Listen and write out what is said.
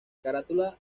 carátula